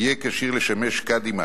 יהיה כשיר לשמש קאדי מד'הב.